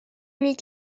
mit